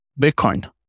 Bitcoin